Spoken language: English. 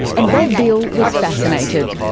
and bob beale was fascinated.